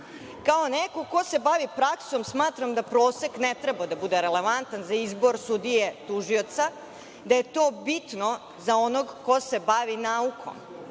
Kao neko ko se bavi praksom, smatram da prosek ne treba da bude relevantan za izbor sudije, tužioca, da je to bitno za onog ko se bavi naukom,